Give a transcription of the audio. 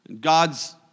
God's